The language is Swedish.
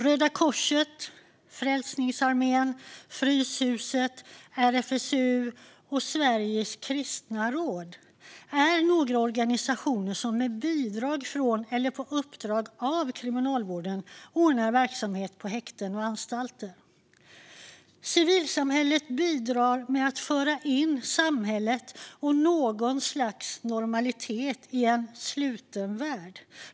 Röda Korset, Frälsningsarmén, Fryshuset, RFSU och Sveriges kristna råd är några organisationer som med bidrag från eller på uppdrag av Kriminalvården ordnar verksamhet på häkten och anstalter. Civilsamhället bidrar med att föra in samhället och något slags normalitet i en sluten värld.